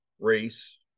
race